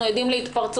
אנחנו עדים להתפרצות